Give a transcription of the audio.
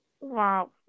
Wow